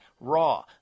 raw